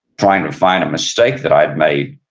trying to find a mistake that i'd made.